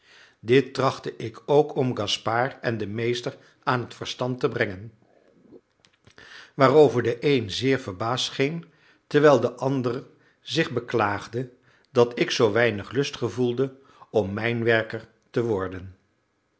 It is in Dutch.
dit trachtte ik ook oom gaspard en den meester aan het verstand te brengen waarover de een zeer verbaasd scheen terwijl de ander zich beklaagde dat ik zoo weinig lust gevoelde om mijnwerker te worden